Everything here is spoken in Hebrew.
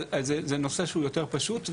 אבל זה נושא שהוא יותר פשוט,